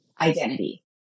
identity